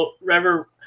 River